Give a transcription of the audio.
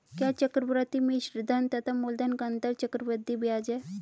क्या चक्रवर्ती मिश्रधन तथा मूलधन का अंतर चक्रवृद्धि ब्याज है?